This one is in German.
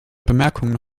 bemerkungen